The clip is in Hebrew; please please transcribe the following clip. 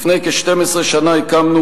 לפני כ-12 הקמנו,